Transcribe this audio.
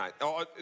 mate